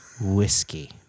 whiskey